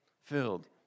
filled